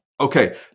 Okay